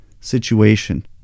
situation